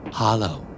hollow